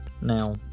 Now